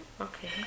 okay